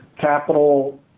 capital